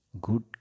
good